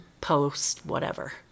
post-whatever